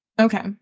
Okay